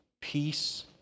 peace